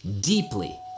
deeply